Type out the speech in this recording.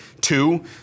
two